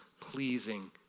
pleasing